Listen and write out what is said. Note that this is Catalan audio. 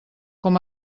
com